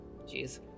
Jeez